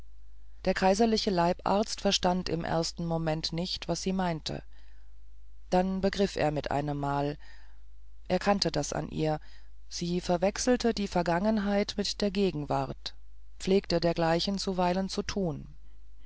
der kaiserliche leibarzt verstand im ersten moment nicht was sie meinte dann begriff er mit einemmal er kannte das an ihr sie verwechselte die vergangenheit mit der gegenwart pflegte dergleichen zuweilen zu tun